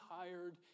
tired